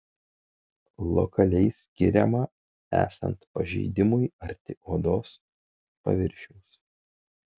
lokaliai skiriama esant pažeidimui arti odos paviršiaus